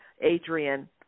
Adrian